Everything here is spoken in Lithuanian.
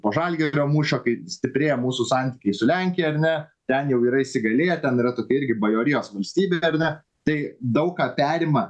po žalgirio mūšio kai stiprėja mūsų santykiai su lenkija ar ne ten jau yra įsigalėję ten yra tokia irgi bajorijos valstybės ar ne tai daug ką perima